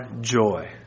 joy